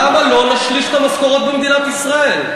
למה לא נשלש את המשכורות במדינת ישראל?